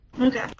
Okay